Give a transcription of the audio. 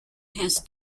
has